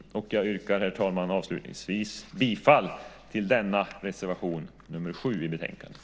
Avslutningsvis yrkar jag, herr talman, bifall till reservation nr 7 i betänkandet.